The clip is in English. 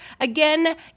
Again